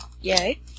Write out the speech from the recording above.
yay